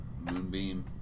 Moonbeam